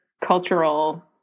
cultural